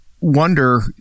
wonder